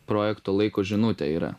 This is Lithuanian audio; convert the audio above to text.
projekto laiko žinutė yra